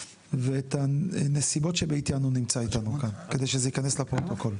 ואת הנסיבות שבעטיין הוא נמצא איתנו כאן כדי שזה שייכנס לפרוטוקול.